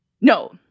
No